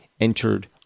entered